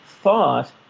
Thought